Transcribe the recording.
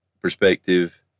perspective